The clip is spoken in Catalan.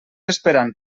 esperant